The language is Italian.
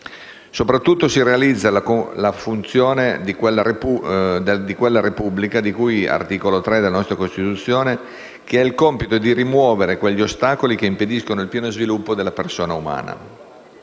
Soprattutto si realizza la funzione di quella Repubblica di cui all'articolo 3 della nostra Costituzione che ha il compito di rimuovere quegli ostacoli che impediscono il pieno sviluppo della persona umana.